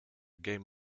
game